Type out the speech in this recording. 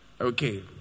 Okay